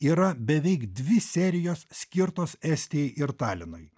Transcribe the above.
yra beveik dvi serijos skirtos estijai ir talinui